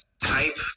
type